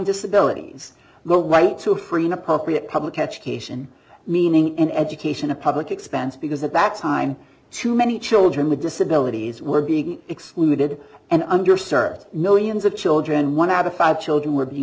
disabilities the right to free an appropriate public education meaning in education a public expense because that's time too many children with disabilities were being excluded and under served millions of children one out of five children were being